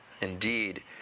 Indeed